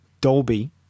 Dolby